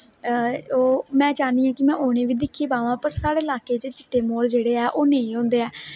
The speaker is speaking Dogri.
ओह् में चाहन्नी आं कि में उनेंगी बी दिक्खी पवां पर साढ़े ल्हाके च चिट्टे मोर जेहडे़ ऐ ओह नेईं होंदे ऐ